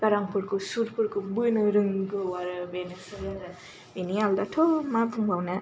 गारांफोरखौ सुरफोरखौ बोनो रोंगौ आरो बेनोसै आरो बेनि आलदाथ' मा बुंबावनो